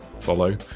follow